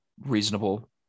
reasonable